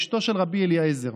אשתו של רבי אליעזר,